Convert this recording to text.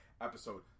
episode